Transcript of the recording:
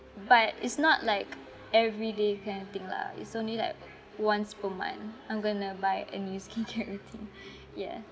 but it's not like everyday kind of thing lah it's only like once per month I'm going to buy and use skincare routine yeah